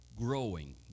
growing